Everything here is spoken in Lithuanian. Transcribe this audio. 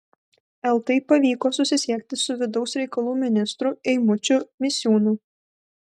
eltai pavyko susisiekti su vidaus reikalų ministru eimučiu misiūnu